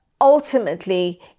ultimately